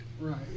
Right